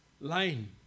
line